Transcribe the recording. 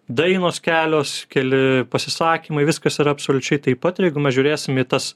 dainos kelios keli pasisakymai viskas yra absoliučiai taip pat ir jeigu mes žiūrėsim mitas